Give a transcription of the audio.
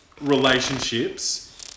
relationships